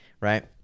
right